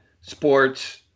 sports